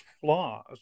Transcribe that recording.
flaws